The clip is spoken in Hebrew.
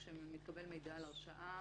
כשמתקבל מידע על הרשעה,